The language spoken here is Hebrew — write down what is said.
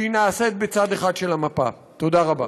תודה רבה.